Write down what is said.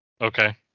Okay